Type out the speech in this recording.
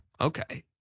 okay